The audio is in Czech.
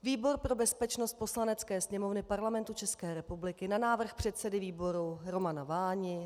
Výbor pro bezpečnost Poslanecké sněmovny Parlamentu České republiky na návrh předsedy výboru Romana Váni